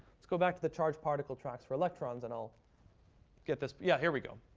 let's go back to the charged particle tracks for electrons, and i'll get this yeah, here we go.